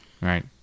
right